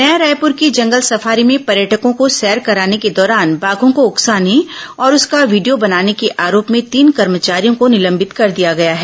नया रायपुर की जंगल सफारी में पर्यटकों को सैर कराने के दौरान बाघों को उकसाने और उसका वीडियो बनाने के आरोप में तीन कर्मचारियों को निलंबित कर दिया गया है